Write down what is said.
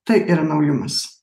tai yra naujumas